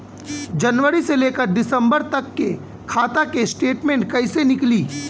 जनवरी से लेकर दिसंबर तक के खाता के स्टेटमेंट कइसे निकलि?